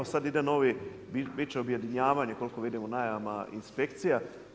Sad ide novi, bit će objedinjavanje koliko vidim u najavama inspekcija.